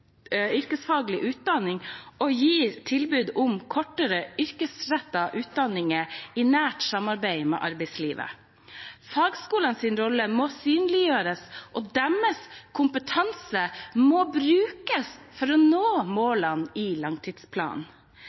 yrkesfaglig utdanning og gir tilbud om korte, yrkesrettede utdanninger i nært samarbeid med arbeidslivet. Fagskolenes rolle må synliggjøres, og deres kompetanse må brukes for å nå målene i langtidsplanen.